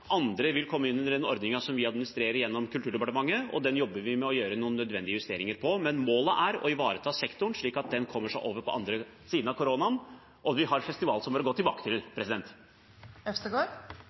som vi administrerer gjennom Kulturdepartementet, og den jobber vi med å gjøre noen nødvendige justeringer på. Men målet er å ivareta sektoren, slik at den kommer seg over på andre siden av koronaen og vi har festivaler å gå tilbake til.